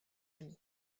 amis